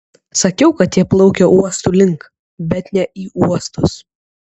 sakiau kad jie plaukia uostų link bet ne į uostus